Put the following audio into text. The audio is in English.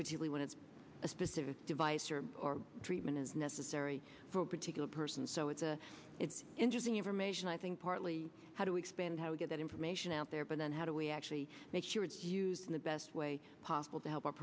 usually when it's a specific device or treatment is necessary for a particular person so it's a it's interesting information i think partly how do we expand how we get that information out there but then how do we actually make sure it's used in the best way possible to help ou